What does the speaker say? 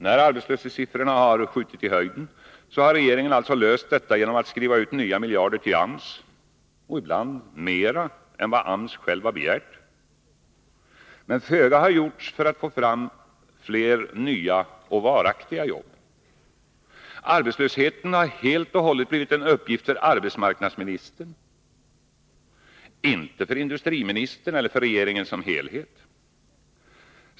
När arbetslöshetstalen har skjutit i höjden har regeringen alltså reagerat genom att skriva ut nya miljarder till AMS, ibland mera än vad AMS själv har begärt. Men föga har gjorts för att få fram fler nya och varaktiga jobb. Arbetslösheten har helt och hållet blivit en uppgift för arbetsmarknadsministern — inte för industriministern eller för regeringen som helhet.